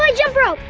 ah jump rope!